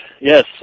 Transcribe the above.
Yes